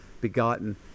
begotten